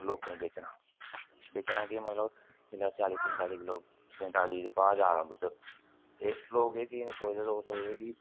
लोकें गी बेचना बेचना केह् मतलब इल्लै चाली पजंताली किल्लो पजंताली दे भाऽ जा दा दुद्ध ते लोक एह् चीज नेईं सोचदे लोक सोचदे कि